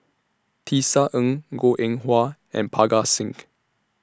Tisa Ng Goh Eng Wah and Parga Singh